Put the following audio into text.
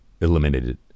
eliminated